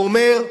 הוא אומר: